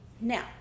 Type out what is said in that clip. Now